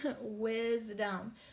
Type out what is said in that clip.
wisdom